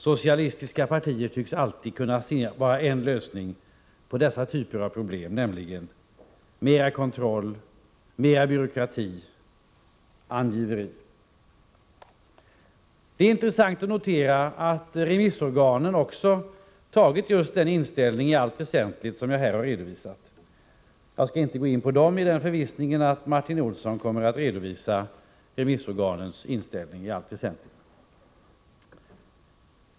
Socialistiska partier tycks alltid kunna se bara en lösning på dessa typer av problem, nämligen mera kontroll, mera byråkrati och angiveri. Det är intressant att notera att remissorganen också har den inställning i allt väsentligt som jag har redovisat. Jag skall inte gå in på remissorganen, i förvissningen att Martin Olsson kommer att redovisa deras inställning i allt väsentligt.